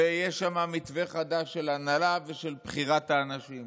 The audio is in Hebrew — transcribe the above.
ויש שם מתווה חדש של הנהלה ושל בחירת האנשים.